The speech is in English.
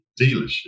dealership